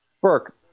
Burke